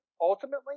ultimately